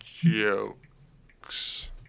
jokes